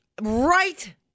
Right